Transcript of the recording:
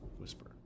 Whisper